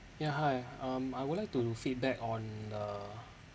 yeah hi um I would like to feedback on uh